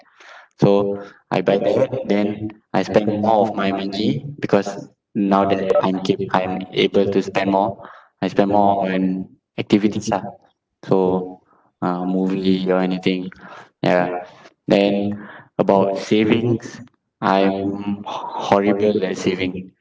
so I buy that then I spend more of my money because now that I'm cap~ I'm able to spend more I spend more on activities ah so uh movie or anything yeah then about savings I'm ho~ horrible at saving